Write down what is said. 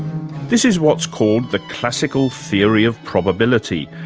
this is what's called the classical theory of probability,